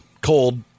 Cold